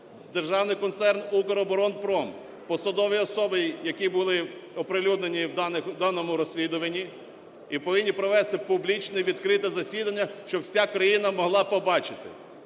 Державного концерну "Укроборонпром", посадові особи, які були оприлюднені в даному розслідуванні, і повинні провести публічне, відкрите засідання, щоб вся країна могла побачити.